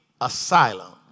asylum